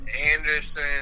Anderson